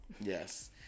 Yes